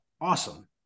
awesome